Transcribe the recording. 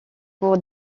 pour